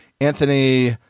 Anthony